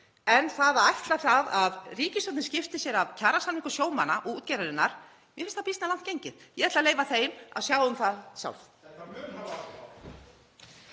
en að ætla það að ríkisstjórnin skipti sér af kjarasamningum sjómanna og útgerðarinnar, mér finnst það býsna langt gengið. Ég ætla að leyfa þeim að sjá um það sjálf.